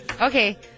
Okay